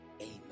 Amen